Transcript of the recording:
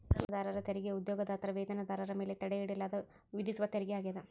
ವೇತನದಾರರ ತೆರಿಗೆ ಉದ್ಯೋಗದಾತರ ವೇತನದಾರರ ಮೇಲೆ ತಡೆಹಿಡಿಯಲಾದ ವಿಧಿಸುವ ತೆರಿಗೆ ಆಗ್ಯಾದ